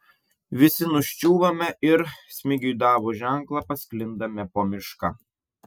visi nuščiūvame ir smigiui davus ženklą pasklindame po mišką